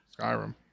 Skyrim